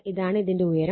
ഇതാണ് ഇതിന്റെ ഉയരം